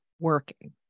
working